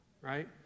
right